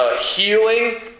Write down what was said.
Healing